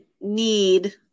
need